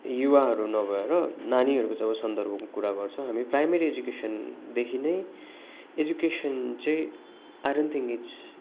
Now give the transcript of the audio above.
युवाहरू नभएर नानीहरूको चाहिँ अब सन्दर्भको कुरा गर्छौँ हामी प्राइमेरी एजुकेसनदेखि नै एजुकेसन चाहिँ आई डोन्ट थिङ्क इच